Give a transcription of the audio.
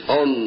on